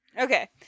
okay